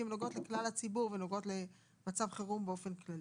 הן נוגעות לכלל הציבור והן נוגעות למצב חירום באופן כללי.